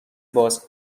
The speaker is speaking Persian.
باز